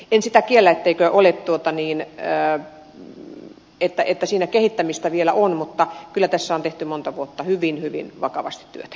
en sitä kiellä etteikö siinä kehittämistä vielä olisi mutta kyllä tässä on tehty monta vuotta hyvin hyvin vakavasti työtä